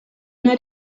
una